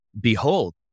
behold